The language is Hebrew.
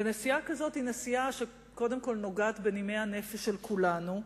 ונסיעה כזאת היא נסיעה שקודם כול נוגעת בנימי הנפש של כולנו,